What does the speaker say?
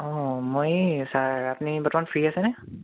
অঁ মই এই ছাৰ আপুনি বৰ্তমান ফ্ৰী আছেনে